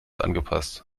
angepasst